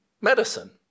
medicine